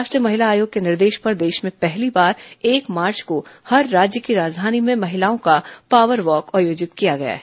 राष्ट्रीय महिला आयोग के निर्देश पर देश में पहली बार एक मार्च को हर राज्य की राजधानी में महिलाओं का पॉवर वॉक आयोजित किया गया है